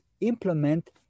implement